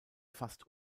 fast